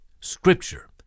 Scripture